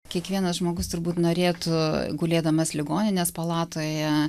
kiekvienas žmogus turbūt norėtų gulėdamas ligoninės palatoje